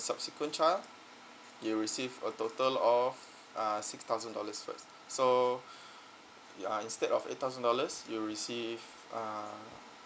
subsequent child you receive a total of uh six thousand dollars first so uh instead of eight thousand dollars you receive uh